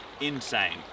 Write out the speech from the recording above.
insane